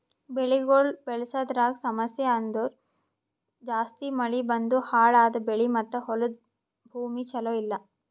ಬೆಳಿಗೊಳ್ ಬೆಳಸದ್ರಾಗ್ ಸಮಸ್ಯ ಅಂದುರ್ ಜಾಸ್ತಿ ಮಳಿ ಬಂದು ಹಾಳ್ ಆದ ಬೆಳಿ ಮತ್ತ ಹೊಲದ ಭೂಮಿ ಚಲೋ ಇಲ್ಲಾ